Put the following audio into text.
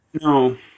No